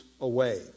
away